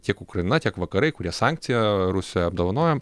tiek ukraina tiek vakarai kuria sankciją rusiją apdovanojam